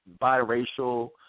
biracial